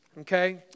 okay